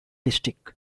district